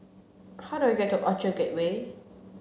how do I get to Orchard Gateway